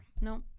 No